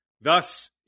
thus